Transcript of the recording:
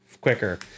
quicker